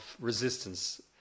resistance